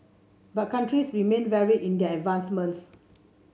but countries remain varied in their advancements